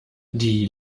die